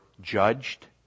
judged